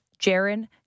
Jaron